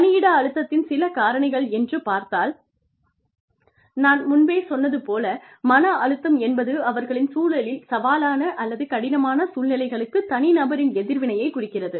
பணியிட அழுத்தத்தின் சில காரணிகள் என்று பார்த்தால் நான் முன்பே சொன்னது போல் மன அழுத்தம் என்பது அவர்களின் சூழலில் சவாலான அல்லது கடினமான சூழ்நிலைகளுக்குத் தனிநபரின் எதிர்வினையைக் குறிக்கிறது